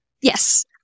Yes